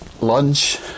lunch